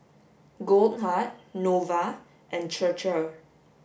Goldheart Nova and Chir Chir